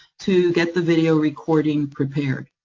to get the video recording prepared.